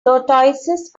tortoises